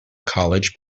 college